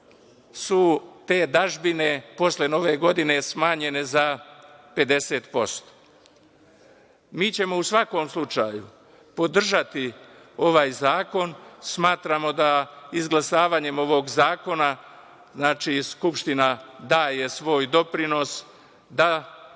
su te dažbine posle Nove godine smanjene za 50%.Mi ćemo u svakom slučaju podržati ovaj zakon. Smatramo da izglasavanjem ovog zakona, znači, Skupština daje svoj doprinos da